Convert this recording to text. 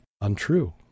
untrue